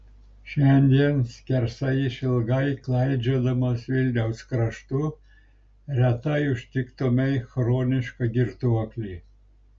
šiandien skersai išilgai klaidžiodamas vilniaus kraštu retai užtiktumei chronišką girtuoklį